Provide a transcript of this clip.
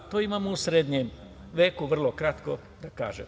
To imamo u srednjem veku vrlo kratko, da kažem.